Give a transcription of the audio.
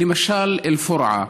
למשל אל-פורעה,